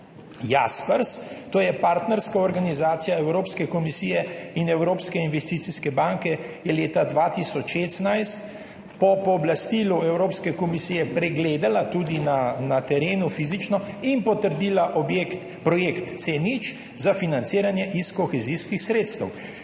Jaspers, to je partnerska organizacija Evropske komisije in Evropske investicijske banke, je leta 2016 po pooblastilu Evropske komisije pregledal, tudi na terenu fizično, in potrdil projekt C0 za financiranje iz kohezijskih sredstev.